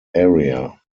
area